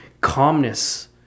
calmness